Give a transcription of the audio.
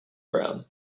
brown